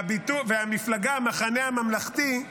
והמפלגה המחנה הממלכתי,